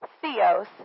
theos